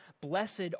Blessed